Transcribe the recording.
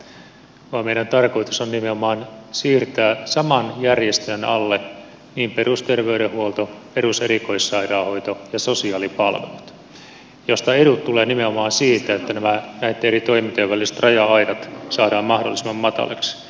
ei suinkaan noin vaan meidän tarkoituksemme on nimenomaan siirtää saman järjestäjän alle niin perusterveydenhuolto peruserikoissairaanhoito kuin sosiaalipalvelut minkä edut tulevat nimenomaan siitä että näitten eri toimintojen väliset raja aidat saadaan mahdollisimman mataliksi